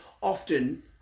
often